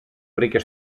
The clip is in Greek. βρήκε